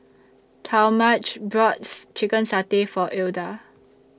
Talmadge bought Chicken Satay For Ilda